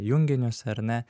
junginius ar ne